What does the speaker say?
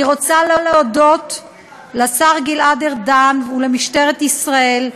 אני רוצה להודות לשר גלעד ארדן ולמשטרת ישראל,